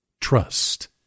Trust